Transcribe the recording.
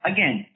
Again